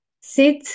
sit